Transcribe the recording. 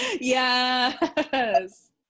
Yes